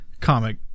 comic